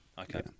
Okay